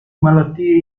malattie